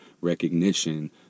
recognition